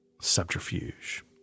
subterfuge